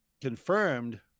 confirmed